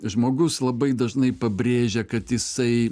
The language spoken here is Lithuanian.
žmogus labai dažnai pabrėžia kad jisai